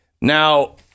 Now